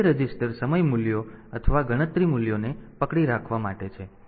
તેથી આ 2 રેઝિસ્ટર સમય મૂલ્ય અથવા ગણતરી મૂલ્યને પકડી રાખવા માટે છે